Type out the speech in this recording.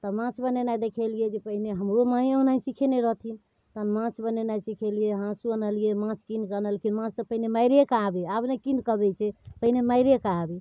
तऽ माँछ बनेनाइ देखेलिए जे पहिने हमरो माँए ओनाहिए सिखेने रहथिन तहन माँछ बनेनाइ सिखेलिए हाँसू अनलिए माँछ कीनिकऽ अनलखिन माँछ तऽ पहिने मारिकऽ आबै आब ने कीनिकऽ अबै छै पहिने मारिकऽ आबै